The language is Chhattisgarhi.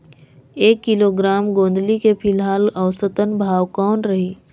एक किलोग्राम गोंदली के फिलहाल औसतन भाव कौन रही?